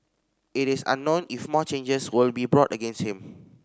it is unknown if more changes will be brought against him